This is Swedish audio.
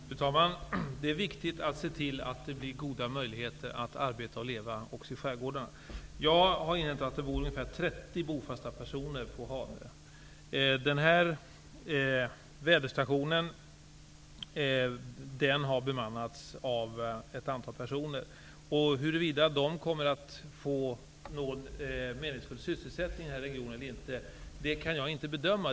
Fru talman! Det är viktigt att se till att det blir goda möjligheter att arbeta och leva också i skärgårdarna. Jag har inhämtat att det är ca 30 bofasta personer på Hanö. Väderstationen där har bemannats av ett antal personer. Huruvida de kommer att få någon meningsfull sysselsättning i regionen eller inte kan jag inte bedöma.